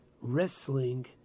wrestling